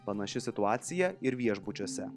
panaši situacija ir viešbučiuose